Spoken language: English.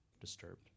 disturbed